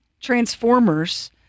transformers